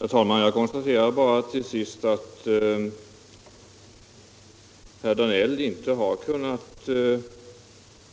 Herr talman! Jag konstaterar att herr Danell inte har kunnat